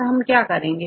अब हम इसे कैसे करेंगे